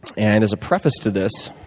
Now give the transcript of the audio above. and as a preface to this,